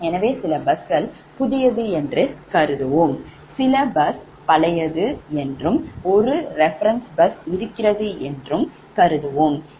எனவே சில busகள் புதியது என்று கருதுவோம் சில bus பழையது என்றும் ஒரு reference bus இருக்கிறது என்று கருதுவோம்